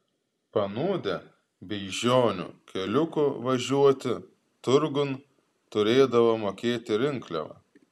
panūdę beižonių keliuku važiuoti turgun turėdavo mokėti rinkliavą